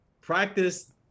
practice